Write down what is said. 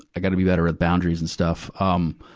i gotta be better at boundaries and stuff. um